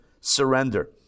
surrender